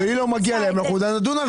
אבל אם לא מגיע להם אנחנו נדון בזה.